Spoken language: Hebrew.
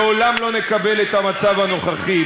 לעולם לא נקבל את המצב הנוכחי.